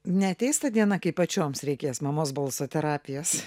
neateis ta diena kai pačioms reikės mamos balso terapijos